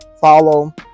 follow